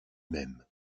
même